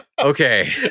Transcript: Okay